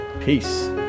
Peace